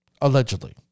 Allegedly